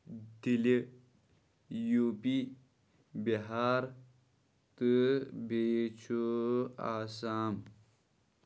دِلہِ U P Bihar تہٕ بیٚیہِ چھُ آسام